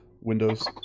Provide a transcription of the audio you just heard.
windows